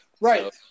Right